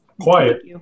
quiet